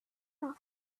off